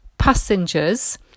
passengers